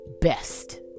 best